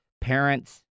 parents